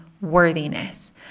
worthiness